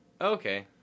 okay